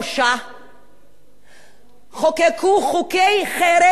חוקקו חוקי חרם בזמן שחצי מיליון איש